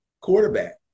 quarterback